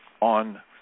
on